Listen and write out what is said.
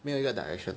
没有一个 direction